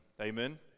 Amen